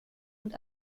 und